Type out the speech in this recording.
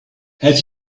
have